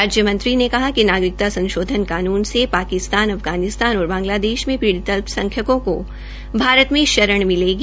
राज्यमंत्री ने कहा कि नागरिकता संशोधन कानून से पाकिस्तान अफगानिस्तान और बांगलादेश मे पीडि़त अल्पसंख्यकों को भारत में शरण मिलेगी